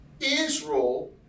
Israel